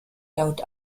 laut